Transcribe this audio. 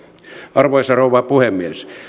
arvoisa rouva puhemies